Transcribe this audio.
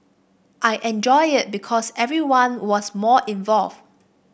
I enjoyed it because everyone was more involved